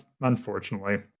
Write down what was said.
unfortunately